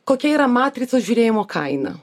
kokia yra matricos žiūrėjimo kaina